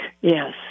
Yes